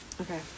Okay